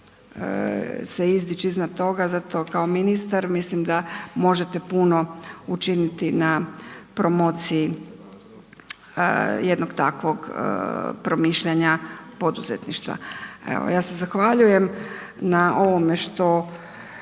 se izdići iznad toga. Zato kao ministar mislim da možete puno učiniti na promociji jednog takvog promišljanja poduzetništva. Evo ja se zahvaljujem na ovome što